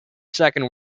second